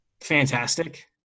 fantastic